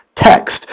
Text